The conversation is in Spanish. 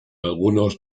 alguno